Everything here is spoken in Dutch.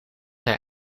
hij